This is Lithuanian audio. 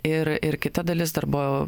ir ir kita dalis dar buvo